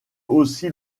aussi